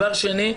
ודבר שני,